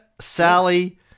Sally